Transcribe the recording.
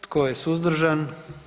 Tko je suzdržan?